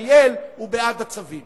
צו תעריף המכס והפטורים ומס קנייה על טובין (תיקון מס' 22),